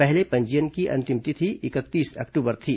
पहले पंजीयन की अंतिम तिथि इकतीस अक्टूबर थी